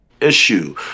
issue